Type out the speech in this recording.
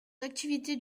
activités